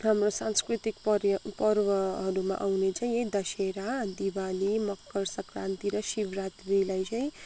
हाम्रो सांस्कृतिक पर्य पर्वहरूमा आउने चाहिँ यही दसेरा र दिवाली मक्कर सङ्क्रान्ति र शिवरात्रीलाई चाहिँ